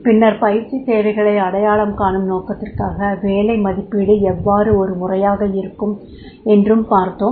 பின்னர் பயிற்சித் தேவைகளை அடையாளம் காணும் நோக்கத்திற்காக வேலை மதிப்பீடு எவ்வாறு ஒரு முறையாக இருக்கும் என்றும் பார்த்தோம்